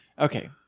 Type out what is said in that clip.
Okay